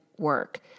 work